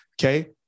okay